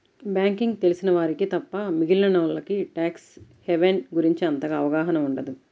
banking తెలిసిన వారికి తప్ప మిగిలినోల్లకి ట్యాక్స్ హెవెన్ గురించి అంతగా అవగాహన ఉండదు